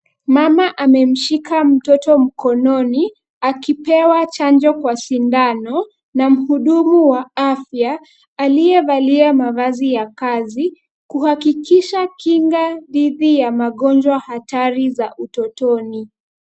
Mama amemshika mtoto mkononi akipewa chanjo kwa sindano na mhudumu wa afya, aliyevalia mavazi ya kazi, kuhakikisha kinga dhidi ya magonjwa hatari za utotoni.